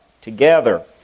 together